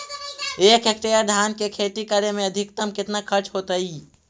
एक हेक्टेयर धान के खेती करे में अधिकतम केतना खर्चा होतइ?